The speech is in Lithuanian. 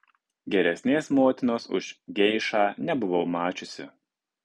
geresnės motinos už geišą nebuvau mačiusi